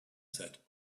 said